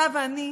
אתה ואני,